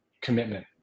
commitment